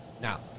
Now